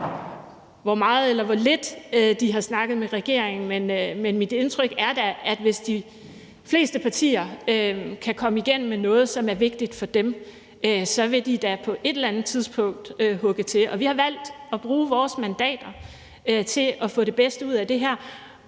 hvor meget eller hvor lidt de har snakket med regeringen, men mit indtryk er da, at hvis de fleste partier kan komme igennem med noget, som er vigtigt for dem, så vil de da på et eller andet tidspunkt hugge til. Og vi har valgt at bruge vores mandater til at få det bedste ud af det her.